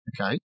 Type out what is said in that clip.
Okay